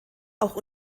auch